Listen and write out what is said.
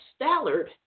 Stallard